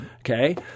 Okay